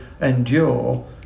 endure